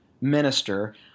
minister